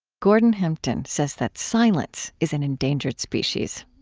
gordon hempton says that silence is an endangered species.